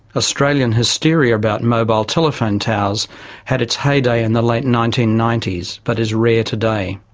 australian hysteria about mobile telephone towers had its heyday in the late nineteen ninety s, but is rare today.